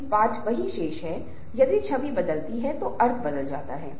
इसलिए इसे norming stage कहा जाता है